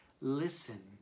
listen